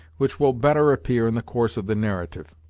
which will better appear in the course of the narrative.